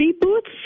booths